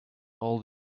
all